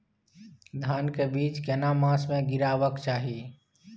धान के बीज केना मास में गीरावक चाही?